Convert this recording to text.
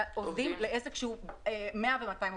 עובדים לבין עסק שמעסיק 100 או 200 עובדים.